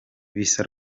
bisa